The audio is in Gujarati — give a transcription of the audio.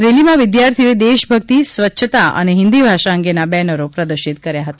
રેલીમાં વિદ્યાર્થીઓએ દેશ ભરેકત સ્વચ્છતા અને હિન્દી ભાષા અંગેના બેનરો પ્રદર્શિત કર્યા હતા